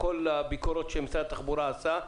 כל הביקורות שמשרד התחבורה עשה,